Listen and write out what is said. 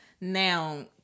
Now